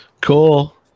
Cool